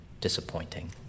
Disappointing